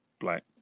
black